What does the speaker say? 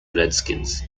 redskins